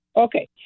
Okay